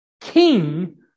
king